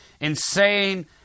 insane